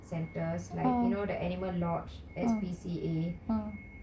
centres like you know the animal lodge S_P_C_A